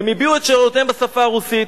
הם הביעו את שאלותיהם בשפה הרוסית,